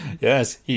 Yes